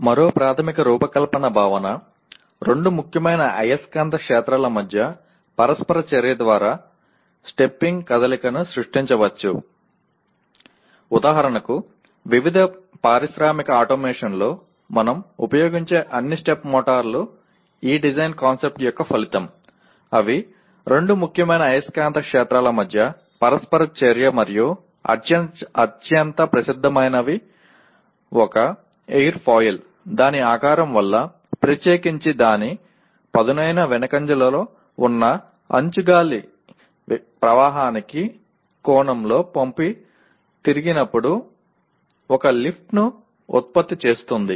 మరో ప్రాథమిక రూపకల్పన భావన రెండు ముఖ్యమైన అయస్కాంత క్షేత్రాల మధ్య పరస్పర చర్య ద్వారా స్టెప్పింగ్ కదలికను సృష్టించవచ్చు ఉదాహరణకు వివిధ పారిశ్రామిక ఆటోమేషన్లో మనం ఉపయోగించే అన్ని స్టెప్ మోటార్లు ఈ డిజైన్ కాన్సెప్ట్ యొక్క ఫలితం అవి రెండు ముఖ్యమైన అయస్కాంత క్షేత్రాల మధ్య పరస్పర చర్య మరియు అత్యంత ప్రసిద్ధమైనవి ఒక ఎయిర్ఫాయిల్ దాని ఆకారం వల్ల ప్రత్యేకించి దాని పదునైన వెనుకంజలో ఉన్న అంచు గాలి ప్రవాహానికి కోణంలో వంపుతిరిగినప్పుడు ఒక లిఫ్ట్ను ఉత్పత్తి చేస్తుంది